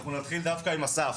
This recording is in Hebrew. אנחנו נתחיל דווקא עם אסף.